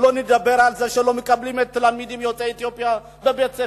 שלא לדבר על זה שלא מקבלים את התלמידים יוצאי אתיופיה לבית-ספר,